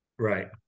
right